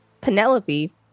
Penelope